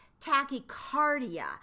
tachycardia